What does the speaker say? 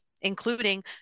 including